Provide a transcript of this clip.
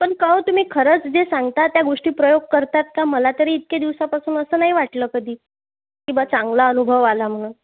पण का ओ तुम्ही खरंच जे सांगता त्या गोष्टी प्रयोग करतात का मला तरी इतके दिवसापासून असं नाही वाटलं कधी की ब चांगला अनुभव आला म्हणून